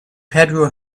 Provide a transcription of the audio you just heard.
pedro